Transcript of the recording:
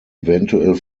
eventuell